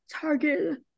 target